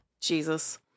Jesus